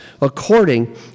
according